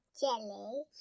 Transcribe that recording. Jelly